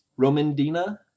Romandina